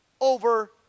over